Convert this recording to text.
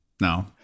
No